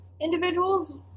individuals